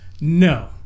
No